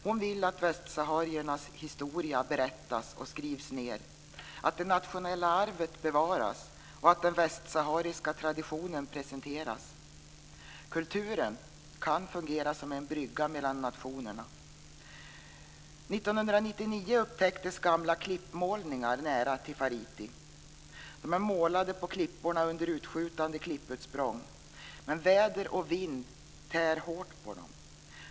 Hon vill att västsahariernas historia berättas och skrivs ned, att det nationella arvet bevaras och att den västsahariska traditionen presenteras. Kulturen kan fungera som en brygga mellan nationerna. 1999 upptäcktes gamla klippmålningar nära Tifariti. De är målade på klipporna under utskjutande klipputsprång, men väder och vind tär hårt på dem.